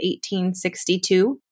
1862